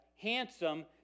handsome